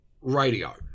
radio